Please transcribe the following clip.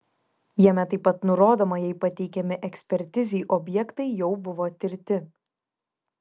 jame taip pat nurodoma jei pateikiami ekspertizei objektai jau buvo tirti